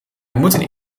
moeten